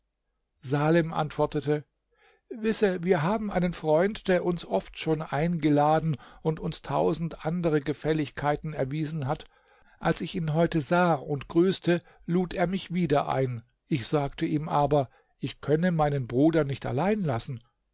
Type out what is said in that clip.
salem antwortete wisse wir haben einen freund der uns oft schon eingeladen und uns tausend andere gefälligkeiten erwiesen hat als ich heute ihn sah und grüßte lud er mich wieder ein ich sagte ihm aber ich könne meinen bruder nicht allein lassen